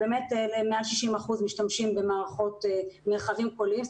באמת מעל 60% משתמשים במערכות מרחבים קוליים,